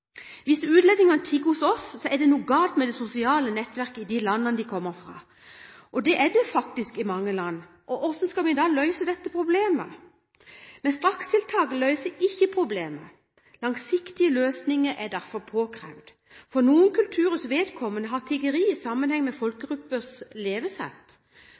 Hvis utlendingene tigger hos oss, er det noe galt med det sosiale nettverket i de landene de kommer fra. Det er det faktisk i mange land. Hvordan skal vi da løse dette problemet? Strakstiltak løser ikke problemet, langsiktige løsninger er derfor påkrevd. For noen kulturers vedkommende har tigging sammenheng med folkegruppers levesett.